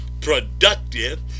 productive